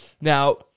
Now